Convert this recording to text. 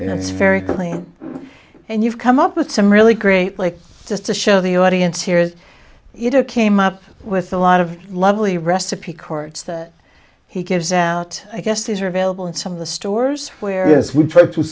it's very clear and you've come up with some really great like just to show the audience hears it or came up with a lot of lovely recipe chords that he gives out i guess these are available in some of the stores where is we try to